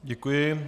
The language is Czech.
Děkuji.